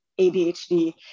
ADHD